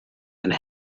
and